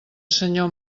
senyor